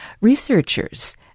Researchers